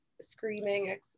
screaming